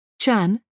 Chan